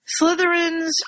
Slytherins